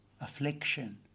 affliction